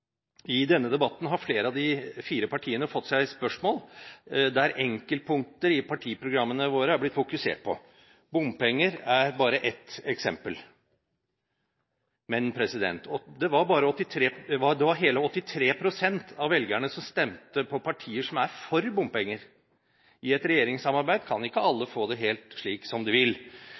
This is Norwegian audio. I denne debatten har flere av disse fire partiene fått spørsmål om enkeltpunkter i partiprogrammene sine. Bompenger er bare ett eksempel. Men hele 83 pst. av velgerne stemte på partier som er for bompenger. I et regjeringssamarbeid kan ikke alle få det helt slik som de vil.